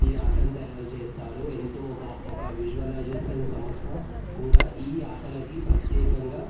ఈ ఆటలను తయారు చేస్తారు ఎంతో ఒక ఒక విజువలైజేషన్ సంస్థ కూడా ఈ ఆటలకి ప్రత్యేకంగా